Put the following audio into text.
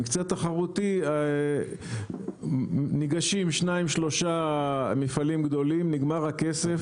למקצה תחרותי ניגשים שניים-שלושה מפעלים גדולים ונגמר הכסף,